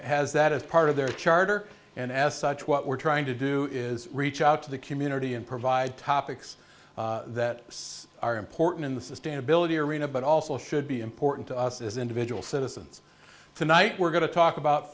has that as part of their charter and as such what we're trying to do is reach out to the community and provide topics that are important in the sustainability arena but also should be important to us as individual citizens tonight we're going to talk about